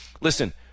Listen